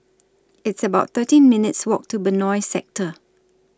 It's about thirteen minutes' Walk to Benoi Sector